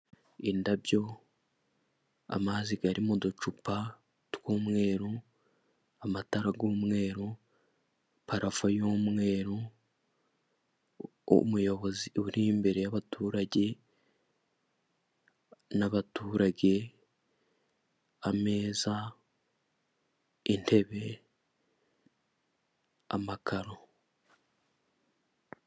Indabyo, amazi ari mu ducupa tw'umweru , amatara y'umweru, parafo y'umweru, umuyobozi uri imbere y'abaturage, n'abaturage, ameza, intebe, amakaro.